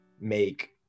make